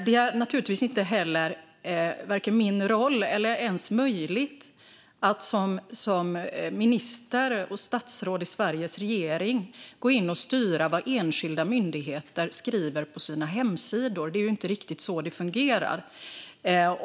Det är naturligtvis inte heller min roll, eller ens möjligt för mig som minister och statsråd i Sveriges regering, att gå in och styra vad enskilda myndigheter skriver på sina hemsidor. Det är inte riktigt så det fungerar.